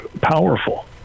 powerful